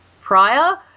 prior